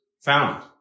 found